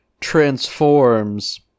transforms